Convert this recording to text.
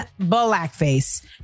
blackface